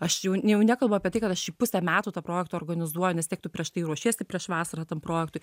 aš jau jau nekalbu apie tai kad aš jį pusę metų tą projektą organizuoju nes tektų prieš tai ruošiesi prieš vasarą tam projektui